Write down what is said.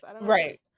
right